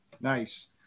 Nice